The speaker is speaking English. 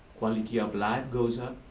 quality of life goes up.